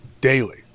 daily